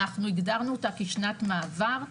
אנחנו הגדרנו אותה כשנת מעבר,